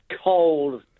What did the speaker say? cold